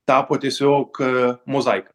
tapo tiesiog mozaiką